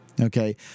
Okay